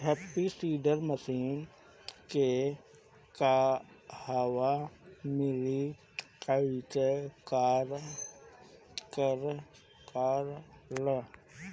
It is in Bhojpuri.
हैप्पी सीडर मसीन के कहवा मिली कैसे कार कर ला?